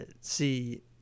See